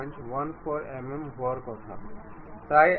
এটি যেখানেই যাবে এটি প্যারালেল থাকবে